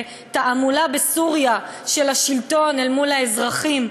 תעמולה בסוריה של השלטון אל מול האזרחים,